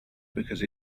because